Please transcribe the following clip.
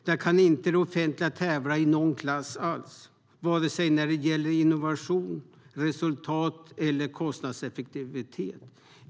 Där kan inte det offentliga tävla i någon klass alls vare sig det gäller innovation, resultat eller kostnadseffektivitet.